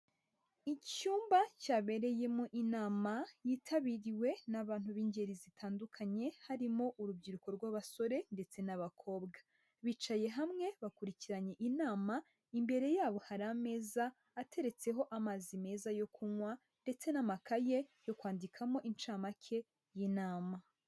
Icyumba cyabereyemo inama yitabiriwe n'abantu b'ingeri zitandukanye harimo urubyiruko rw'abasore ndetse n'abakobwa, bicaye hamwe bakurikiranye inama. Imbere y'abo hari ameza ateretseho amazi meza yo kunywa ndetse n'amakaye yo kwandikamo incamake y'inama.